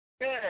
Good